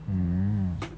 mm